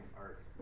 arts